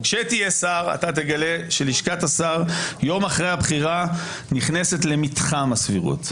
כשתהיה שר אתה תגלה שלשכת השר יום אחרי הבחירה נכנסת למתחם הסבירות.